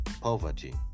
poverty